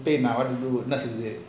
pain lah what to do enna sairathu